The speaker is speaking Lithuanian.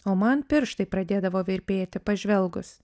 o man pirštai pradėdavo virpėti pažvelgus